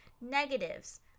negatives